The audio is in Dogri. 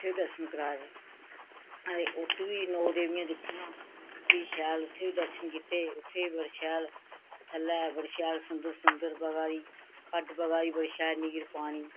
उत्थें बी दर्शन कराए दे आं ते उत्त बी नौ देवियां दिक्खियां फ्ही शैल उत्थें बी दर्शन कीते उत्थे बी बड़े शैल थल्लै बड़ी शैल सुंदर सुंदर बगा दी खड्ड बगा दी बड़ी शैल नीर पानी